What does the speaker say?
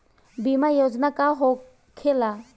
बीमा योजना का होखे ला?